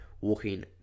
walking